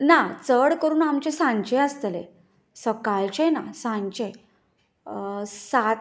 ना चड करून आमचें सांचें आसतलें सकाळचें ना सांचें साताच्या